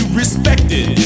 respected